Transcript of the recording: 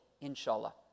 inshallah